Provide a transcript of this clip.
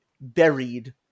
buried